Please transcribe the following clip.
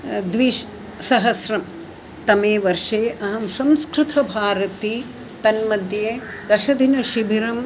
द्विसहस्रतमेवर्षे अहं संस्कृतभारती तन्मध्ये दशदिनशिबिरम्